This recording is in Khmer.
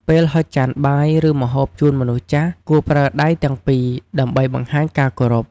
ពេលហុចចានបាយ ឬម្ហូបជូនមនុស្សចាស់ គួរប្រើដៃទាំងពីរដើម្បីបង្ហាញការគោរព។